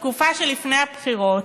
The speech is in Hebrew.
בתקופה שלפני הבחירות,